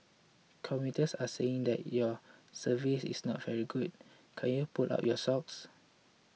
commuters are saying that your service is not very good can you pull up your socks